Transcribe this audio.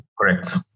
Correct